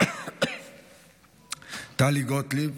טלי גוטליב,